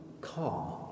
calm